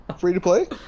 free-to-play